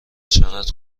چقدر